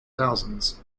thousands